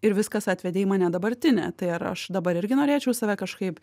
ir viskas atvedė į mane dabartinę tai ar aš dabar irgi norėčiau save kažkaip